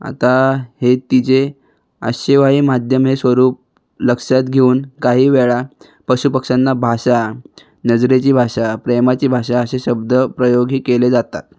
आता हे तिचे आशयवाही माध्यमे स्वरूप लक्षात घेऊन काही वेळा पशुपक्ष्यांना भाषा नजरेची भाषा प्रेमाची भाषा असे शब्द प्रयोगही केले जातात